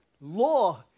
Law